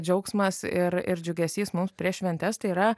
džiaugsmas ir ir džiugesys mums prieš šventes tai yra